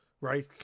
right